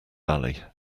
valley